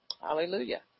Hallelujah